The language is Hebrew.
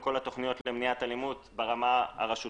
כל התכניות למניעת אלימות ברמת הרשות